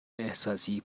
احساسی